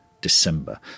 December